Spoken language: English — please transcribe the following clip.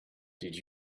did